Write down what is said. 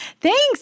Thanks